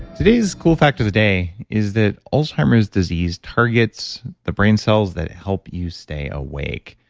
today's cool fact of the day is that alzheimer's disease targets the brain cells that help you stay awake.